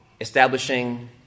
Establishing